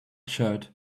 shirt